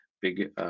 big